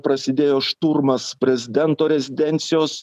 prasidėjo šturmas prezidento rezidencijos